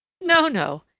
no, no.